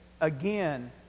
again